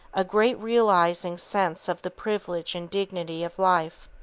a great realizing sense of the privilege and dignity of life,